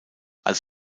als